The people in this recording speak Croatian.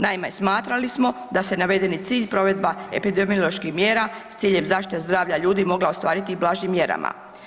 Naime, smatrali smo da se navedeni cilj, provedba epidemioloških mjera s ciljem zaštite zdravlja ljudi mogla ostvariti i blažim mjerama.